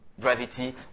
Gravity